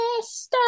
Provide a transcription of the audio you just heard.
Mr